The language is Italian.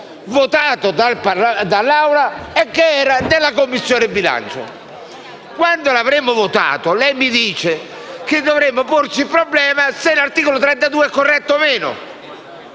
votato dall'Assemblea e che era della Commissione bilancio. Quando l'avremo votato, lei mi dirà che dovremmo porci il problema se l'articolo 32 è corretto o meno